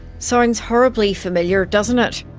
sounds horribly familiar doesn't ah it?